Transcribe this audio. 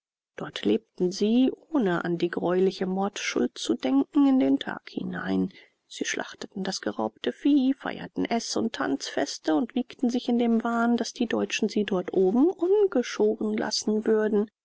dort lebten sie ohne an die greuliche mordschuld zu denken in den tag hinein sie schlachteten das geraubte vieh feierten eß und tanzfeste und wiegten sich in dem wahn daß die deutschen sie dort oben ungeschoren lassen würden